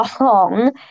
long